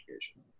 education